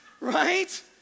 right